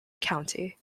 county